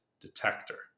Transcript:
detector